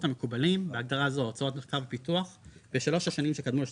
המקובלים (בהגדרה זו הוצאות מחקר ופיתוח),